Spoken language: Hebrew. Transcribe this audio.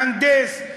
מהנדס,